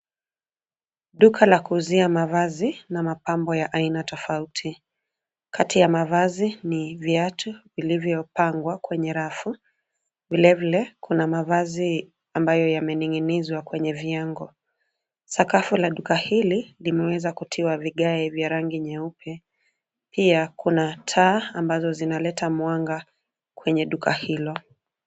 Duka la kuuzia mavazi na mapambo ya aina tofauti tofauti. Kati ya mavazi ni viatu vilivyopangwa kwenye rafu. Vilevile, kuna mavazi ambayo yamening'inizwa kwenye viango. Sakafu la duka hili limeweza kutiwa vigae vya rangi nyeupe. Pia kuna taa zinazoleta mwanga kwenye duka hilo.